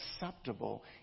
acceptable